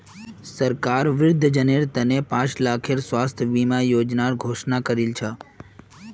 सरकार वृद्धजनेर त न पांच लाखेर स्वास्थ बीमा योजनार घोषणा करील छ